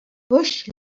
bush